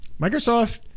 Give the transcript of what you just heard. Microsoft